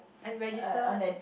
and register